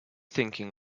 thinking